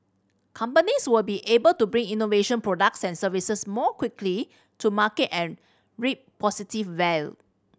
companies will be able to bring innovative products and services more quickly to market and reap positive well